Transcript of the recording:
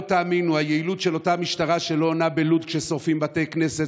לא תאמינו מה היעילות של אותה משטרה שלא עונה בלוד כששורפים בתי כנסת,